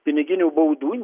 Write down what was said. piniginių baudų